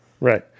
right